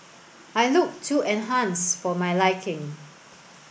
I looked too enhanced for my liking